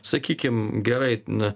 sakykim gerai na